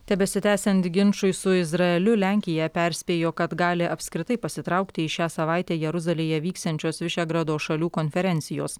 tebesitęsiant ginčui su izraeliu lenkija perspėjo kad gali apskritai pasitraukti iš šią savaitę jeruzalėje vyksiančios vyšegrado šalių konferencijos